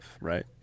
right